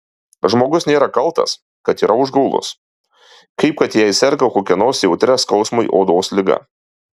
žmogus nėra kaltas kad yra užgaulus kaip kad jei serga kokia nors jautria skausmui odos liga